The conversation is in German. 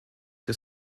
des